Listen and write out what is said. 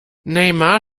neymar